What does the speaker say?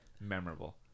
memorable